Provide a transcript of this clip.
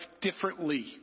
differently